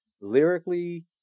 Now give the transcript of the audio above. lyrically